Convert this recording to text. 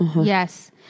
Yes